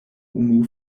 unu